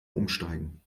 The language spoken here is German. umsteigen